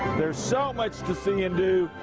there's so much to see and do,